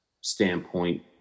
standpoint